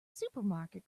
supermarket